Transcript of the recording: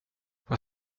vad